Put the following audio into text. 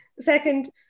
Second